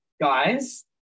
guys